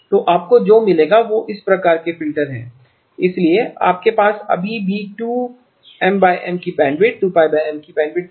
तो आपको जो मिलेगा वह इस प्रकार के फ़िल्टर हैं इसलिए आपके पास अभी भी 2 M M की बैंडविड्थ है